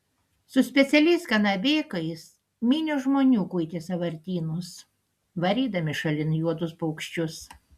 su specialiais kanabėkais minios žmonių kuitė sąvartynus varydami šalin juodus paukščius